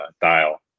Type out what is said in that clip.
dial